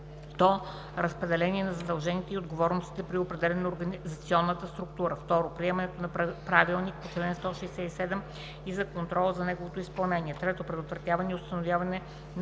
разпределение на задълженията и отговорностите при определянето на организационната структура; 2. приемането на правилника по чл. 167 и за контрола за неговото изпълнение; 3. предотвратяване и установяване на